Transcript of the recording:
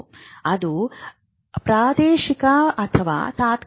ಅದು ಪ್ರಾದೇಶಿಕ ಅಥವಾ ತಾತ್ಕಾಲಿಕ